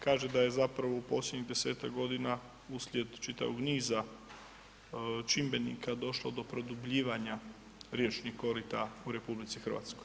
Kaže da je zapravo u posljednjih 10-tak godina uslijed čitavog niza čimbenika došlo do produbljivanja riječnih korita u RH.